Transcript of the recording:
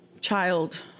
child